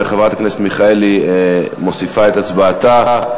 וחברת הכנסת מיכאלי מוסיפה את הצבעתה,